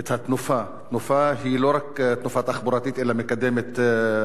תנופה היא לא רק תנופה תחבורתית אלא מקדמת צמיחה כלכלית,